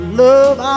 love